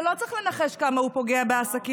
ולא צריך לנחש כמה הוא פוגע בעסקים.